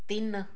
ਤਿੰਨ